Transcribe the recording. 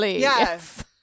Yes